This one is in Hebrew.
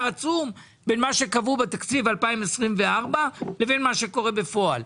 עצום בין מה שקבעו בתקציב 2024 לבין מה שקורה בפועל,